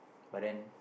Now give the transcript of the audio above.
but then